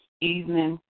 evening